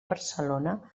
barcelona